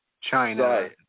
China